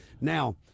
Now